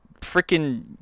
freaking